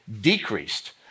decreased